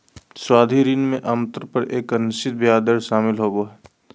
सावधि ऋण में आमतौर पर एक अनिश्चित ब्याज दर शामिल होबो हइ